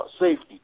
Safety